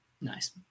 Nice